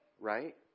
right